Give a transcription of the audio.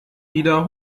wieder